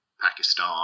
Pakistan